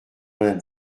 vingt